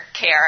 care